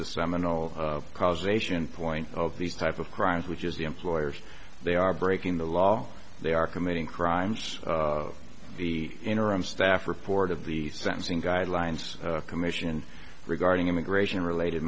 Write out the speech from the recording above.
the seminal causation point of these type of crimes which is the employers they are breaking the law they are committing crimes the interim staff report of the sentencing guidelines commission regarding immigration related